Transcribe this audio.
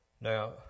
Now